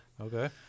okay